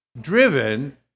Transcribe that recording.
driven